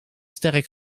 sterk